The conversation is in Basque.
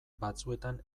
batzuetan